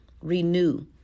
renew